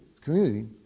community